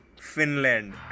Finland